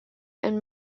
and